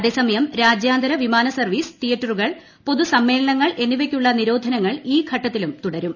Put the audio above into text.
അതേസമയം രാജ്യാന്തര വിമാനസർവ്വീസ് തീയേറ്ററുകൾ പൊതുസമ്മേളനങ്ങൾ എന്നിവയ്ക്കുള്ള നിരോധനങ്ങൾ ഈ ഘട്ടത്തിലും തുടരും